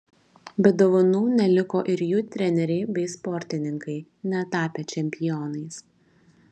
be dovanų neliko ir jų treneriai bei sportininkai netapę čempionais